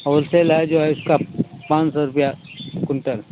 wholesale है जो है इसका पाँच सौ रुपया कुंटल